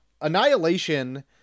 Annihilation